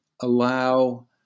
allow